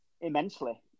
immensely